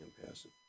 impassive